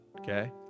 okay